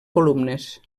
columnes